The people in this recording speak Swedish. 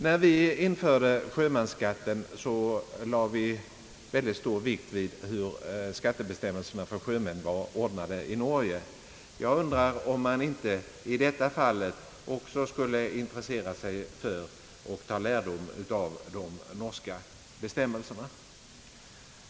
När vi införde sjömansskatten fäste vi mycket stor vikt vid hur skattebestämmelserna för sjömän var ordnade i Norge. Jag undrar om man inte i detta fall också borde intressera sig för och ta lärdom av de norska bestämmelserna.